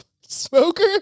smoker